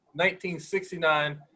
1969